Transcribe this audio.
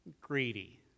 greedy